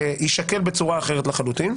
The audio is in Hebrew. יישקל בצורה אחרת לחלוטין.